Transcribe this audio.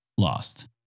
lost